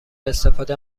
استفاده